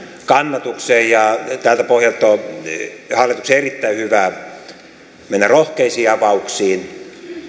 kannatuksen ja tältä pohjalta on hallituksen erittäin hyvä mennä rohkeisiin avauksiin